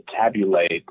tabulate